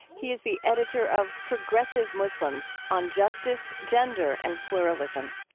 he is the editor of progressive muslims on justice, gender and pluralism.